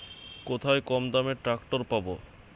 কোথায় কমদামে ট্রাকটার পাব?